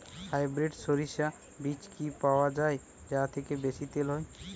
Hybrid শরিষা বীজ কি পাওয়া য়ায় যা থেকে বেশি তেল হয়?